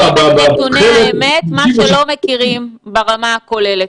מה שלא מכירים ברמה הכוללת.